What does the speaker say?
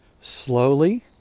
slowly